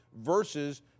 versus